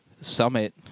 summit